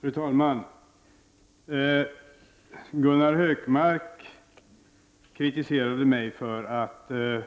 Fru talman! Gunnar Hökmark kritiserade mig för att jag